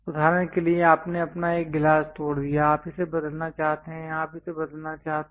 उदाहरण के लिए आपने अपना एक गिलास तोड़ दिया आप इसे बदलना चाहते हैं आप इसे बदलना चाहते हैं